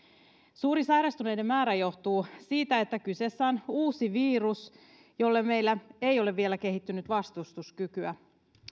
suuri sairastuneiden määrä johtuu siitä että kyseessä on uusi virus jolle meillä ei ole vielä kehittynyt vastustuskykyä